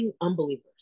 unbelievers